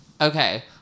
okay